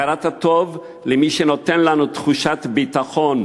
הכרת הטוב למי שנותן לנו תחושת ביטחון